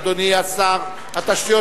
אדוני שר התשתיות,